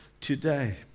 today